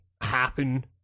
happen